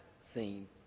scene